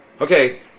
Okay